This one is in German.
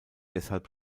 deshalb